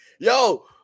Yo